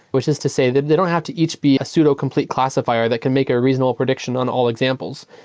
which is to say that they don't have to each be a pseudo-complete classifier that can make a reasonable prediction on all examples.